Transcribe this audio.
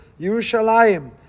Yerushalayim